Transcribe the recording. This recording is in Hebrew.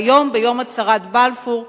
והיום, ביום הצהרת בלפור,